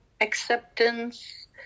acceptance